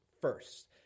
first